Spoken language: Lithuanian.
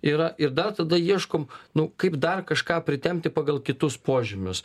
yra ir dar tada ieškom nu kaip dar kažką pritempti pagal kitus požymius